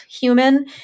human